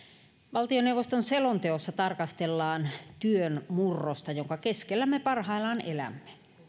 valtioneuvoston selonteossa tarkastellaan työn murrosta jonka keskellä me parhaillaan elämme